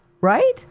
right